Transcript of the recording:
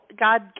God